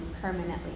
permanently